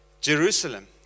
Jerusalem